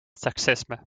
seksisme